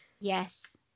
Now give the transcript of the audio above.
yes